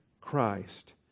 Christ